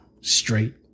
straight